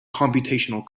computational